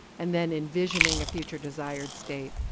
and then envisioning a future desired state,